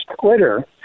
Twitter